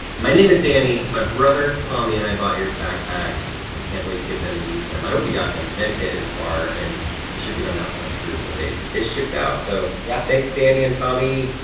my name is danny. my brother, tommy, and i brought your backpacks. we can't wait to get them and use them. i hope you got them, connecticut is far, and the shipping on that was like three or four days, but they shipped out, so. yeah. thanks, danny and tommy.